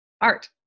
art